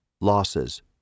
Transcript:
losses